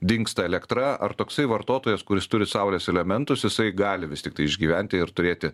dingsta elektra ar toksai vartotojas kuris turi saulės elementus jisai gali vis tiktai išgyventi ir turėti